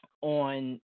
on